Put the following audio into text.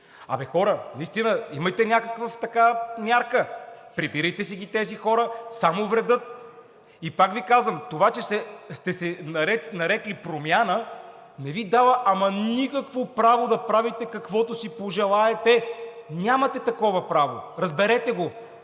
Абе, хора, наистина, имайте някаква така мярка! Прибирайте си ги тези хора, само вредят! И пак Ви казвам: това, че сте се нарекли Промяна, не Ви дава ама никакво право да правите каквото си пожелаете. Нямате такова право! Разберете го!